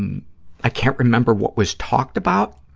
um i can't remember what was talked about,